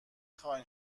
خاین